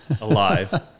alive